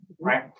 right